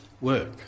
work